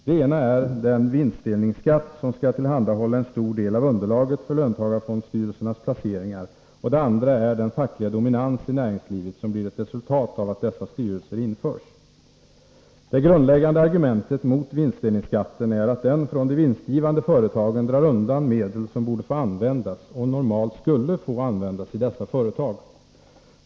Det ena är den vinstdelningsskatt som skall tillhandahålla en stor del av underlaget för löntagarfondsstyrelsernas placeringar, och det andra är den fackliga dominans i näringslivet som blir ett resultat av att dessa styrelser införs. Det grundläggande argumentet mot vinstdelningsskatten är att den från de vinstgivande företagen drar undan medel som borde få användas, och normalt skulle få användas, i dessa företag.